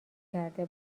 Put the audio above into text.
کرده